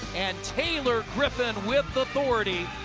and taylor griffin with authority.